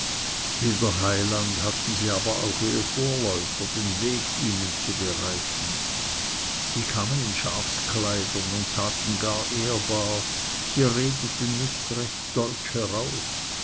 heiland hatten sie aber auch ihre vorläufer den weg ihnen zu bereiten die kamen in schafskleidern und taten gar ehrbar sie redeten nicht recht deutsch heraus